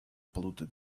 polluted